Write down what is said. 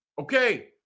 Okay